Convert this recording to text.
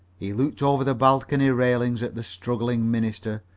he looked over the balcony railing at the struggling minister,